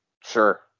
sure